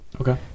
Okay